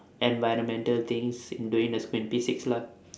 environmental things and doing this since P six lah